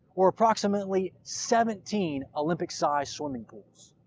or approximately seventeen olympic-sized swimming pools.